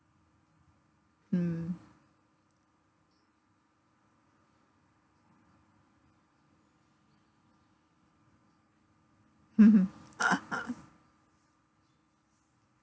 mm